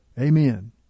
Amen